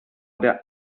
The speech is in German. der